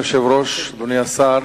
אדוני היושב-ראש, אדוני השר,